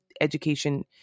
education